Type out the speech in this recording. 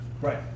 Right